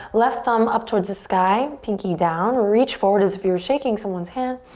left thumb up towards the sky, pinky down. reach forward as if you're shaking someone's hand.